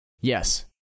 Yes